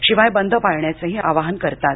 शिवाय बंद पाळण्याचेही आवाहन करतात